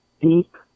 deep